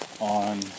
on